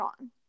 on